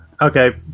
Okay